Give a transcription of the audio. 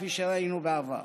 כפי שראינו בעבר.